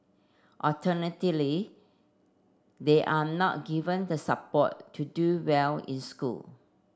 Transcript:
alternatively they are not given the support to do well in school